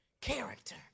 character